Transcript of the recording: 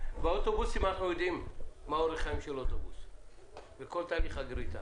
באוטובוסים אנחנו יודעים מה אורך חיים של אוטובוס וכל תהליך הגריטה.